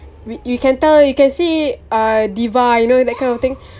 you can tell you can see a divide you know that kind of thing